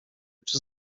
czy